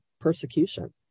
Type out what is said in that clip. persecution